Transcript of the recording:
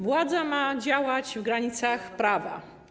Władza ma działać w granicach prawa.